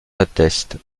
attestent